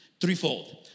Threefold